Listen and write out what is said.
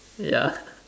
ya